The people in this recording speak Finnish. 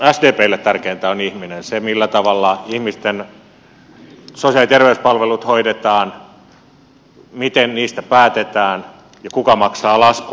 sdplle tärkeintä on ihminen se millä tavalla ihmisten sosiaali ja terveyspalvelut hoidetaan miten niistä päätetään ja kuka maksaa laskun